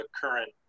current